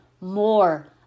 more